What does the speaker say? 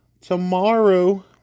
tomorrow